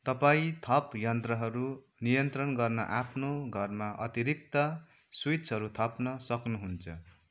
तपाईँ थप यन्त्रहरू नियन्त्रण गर्न आफ्नो घरमा अतिरिक्त स्विचहरू थप्न सक्नुहुन्छ